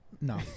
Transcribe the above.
No